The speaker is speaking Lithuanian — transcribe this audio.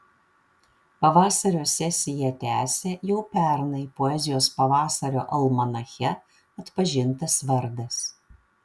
pavasario sesiją tęsia jau pernai poezijos pavasario almanache atpažintas vardas